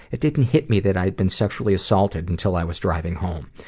it didn't hit me that i'd been sexually assaulted, until i was driving home.